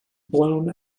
blown